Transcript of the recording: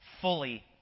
fully